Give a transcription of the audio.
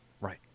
right